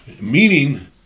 Meaning